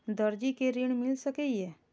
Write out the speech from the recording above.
दर्जी कै ऋण मिल सके ये?